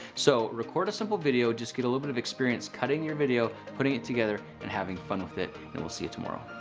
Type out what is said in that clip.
so, record a simple video. just get a little bit of experience cutting your video, putting it together and having fun with it and we'll see you tomorrow.